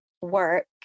work